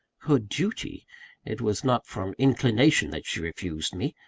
her duty it was not from inclination that she refused me!